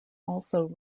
also